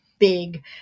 Big